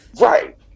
Right